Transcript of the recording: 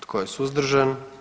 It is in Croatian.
Tko je suzdržan?